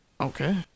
Okay